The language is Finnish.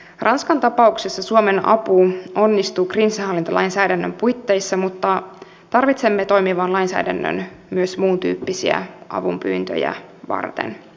ranskan tapauksessa suomen apu onnistuu kriisinhallintalainsäädännön puitteissa mutta tarvitsemme toimivan lainsäädännön myös muuntyyppisiä avunpyyntöjä varten